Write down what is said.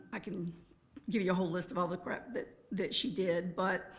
i can give you a whole list of all the crap that that she did but,